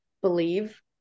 believe